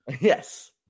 Yes